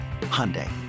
Hyundai